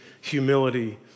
humility